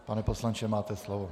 Pane poslanče, máte slovo.